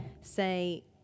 say